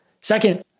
Second